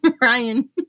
Ryan